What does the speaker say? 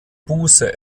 buße